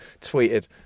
tweeted